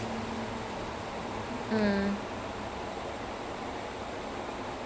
then they will make on dosa so அந்த மாரி பண்ணிட்டு:antha maari pannittu then afterwards they give you some adai